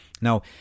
Now